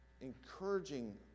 encouraging